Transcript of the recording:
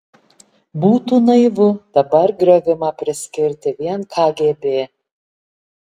būtų naivu dabar griovimą priskirti vien kgb